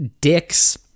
dicks